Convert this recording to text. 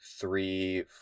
three